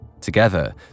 together